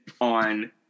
on